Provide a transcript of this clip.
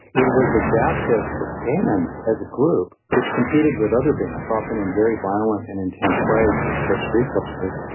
it was adaptive for bands as a group which competed with other bands, often in very violent and intense ways for scarce resources.